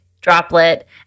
droplet